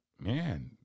man